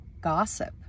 gossip